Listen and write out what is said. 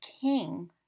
king